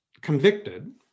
convicted